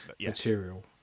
material